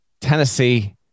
Tennessee